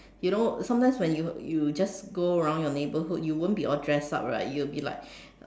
you know sometimes when you you just go around your neighbourhood you won't be all dressed up right you'll be like